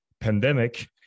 pandemic